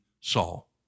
Saul